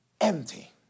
empty